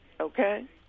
okay